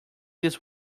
this